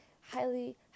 highly